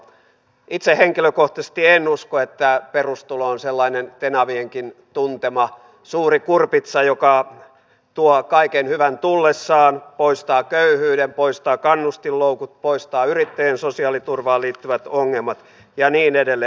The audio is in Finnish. itse henkilökohtaisesti en usko että perustulo on sellainen tenavienkin tuntema suuri kurpitsa joka tuo kaiken hyvän tullessaan poistaa köyhyyden poistaa kannustinloukut poistaa yrittäjien sosiaaliturvaan liittyvät ongelmat ja niin edelleen